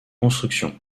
constructions